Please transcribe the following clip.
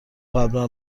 قبلا